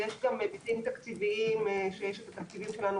כי יש גם היבטים תקציביים שיש בתקציבים שלנו.